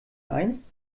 eins